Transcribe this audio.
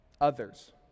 others